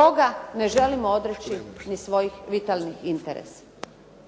toga ne želimo odreći ni svojih vitalnih interesa.